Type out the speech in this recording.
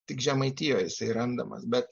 tik žemaitijoj jisai randamas bet